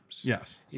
Yes